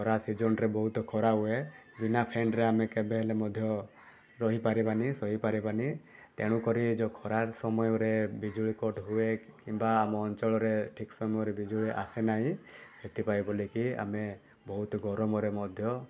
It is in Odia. ଖରା ସିଜନରେ ବହୁତ ଖରା ହୁଏ ବିନା ଫ୍ୟାନ୍ରେ ଆମେ କେବେହେଲେ ମଧ୍ୟ ରହିପାରିବାନି ସହିପାରିବାନି ତେଣୁକରି ଏହି ଯେଉଁ ଖରା ସମୟରେ ବିଜୁଳି କାଟ୍ ହୁଏ କିମ୍ବା ଆମ ଅଞ୍ଚଳରେ ଠିକ୍ ସମୟରେ ବିଜୁଳି ଆସେ ନାହିଁ ସେଇଥିପାଇଁ ବୋଲିକି ଆମେ ବହୁତ ଗରମରେ ମଧ୍ୟ